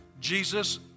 Jesus